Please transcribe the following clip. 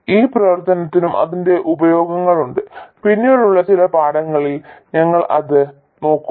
ഈ പ്രദേശത്തിനും അതിന്റെ ഉപയോഗങ്ങളുണ്ട് പിന്നീടുള്ള ചില പാഠങ്ങളിൽ ഞങ്ങൾ അത് നോക്കും